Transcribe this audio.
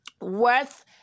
worth